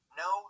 no